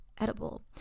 edible